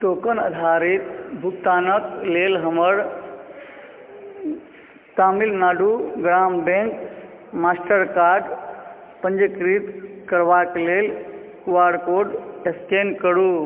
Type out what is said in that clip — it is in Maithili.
टोकन आधारित भुगतानके लेल हमर तमिलनाडु ग्राम बैंक मास्टर कार्ड पञ्जीकृत करबा लेल क्यूआर कोड स्कैन करू